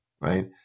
right